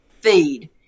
feed